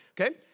Okay